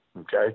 Okay